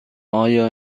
آیا